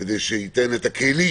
כדי שייתן את הכלים